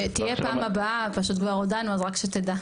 תהיה פעם הבאה, פשוט כבר הודענו אז רק שתדע.